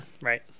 Right